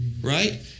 right